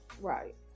right